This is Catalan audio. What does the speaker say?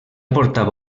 portava